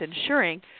ensuring